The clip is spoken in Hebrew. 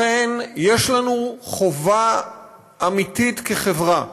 לכן יש לנו חובה אמיתית, כחברה,